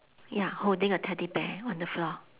ya holding a teddy bear on the floor